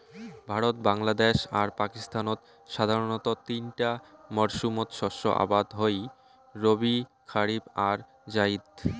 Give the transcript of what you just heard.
ভারত, বাংলাদ্যাশ আর পাকিস্তানত সাধারণতঃ তিনটা মরসুমত শস্য আবাদ হই রবি, খারিফ আর জাইদ